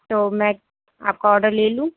تو میں آپ کا آڈر لے لوں